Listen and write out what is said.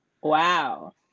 Wow